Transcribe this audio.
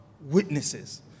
Witnesses